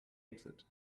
exit